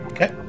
Okay